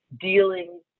dealing